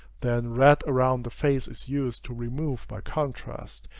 then red around the face is used to remove by contrast,